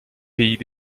pays